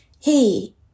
hey